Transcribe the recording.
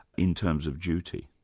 in terms of duty.